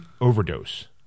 overdose